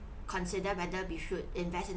consider whether we should invest in